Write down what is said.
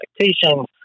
expectations